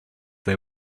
they